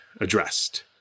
addressed